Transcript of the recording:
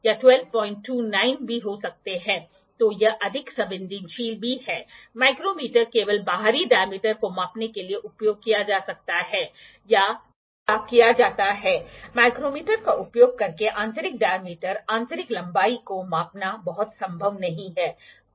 तो यह अधिक संवेदनशील भी है माइक्रोमीटर केवल बाहरी डायमीटर को मापने के लिए उपयोग किया जा सकता है या किया जाता है माइक्रोमीटर का उपयोग करके आंतरिक डायमीटर आंतरिक लंबाई को मापना बहुत संभव नहीं है